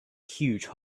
huge